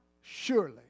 surely